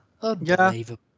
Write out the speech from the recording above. Unbelievable